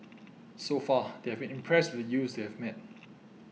so far they have been impressed with the youths they have met